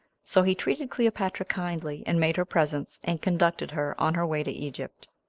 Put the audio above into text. so he treated cleopatra kindly, and made her presents, and conducted her on her way to egypt.